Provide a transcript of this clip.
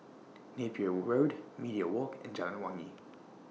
Napier Road Media Walk and Jalan Wangi